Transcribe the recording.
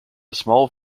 small